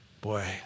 Boy